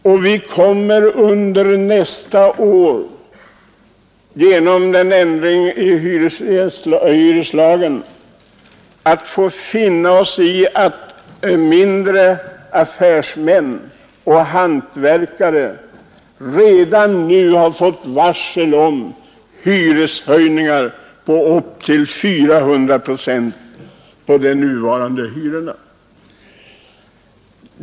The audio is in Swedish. På grund av en ändring i hyreslagen har mindre affärsmän och hantverkare redan fått varsel om hyreshöjningar på upp till 400 procent på de nuvarande hyrorna.